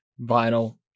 Vinyl